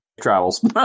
travels